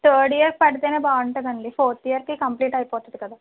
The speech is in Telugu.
థర్డ్ ఇయర్కి పడ్తేనే బాగుం టుందండి ఫోర్త్ ఇయర్కి కంప్లీట్ అయిపోతుంది కదా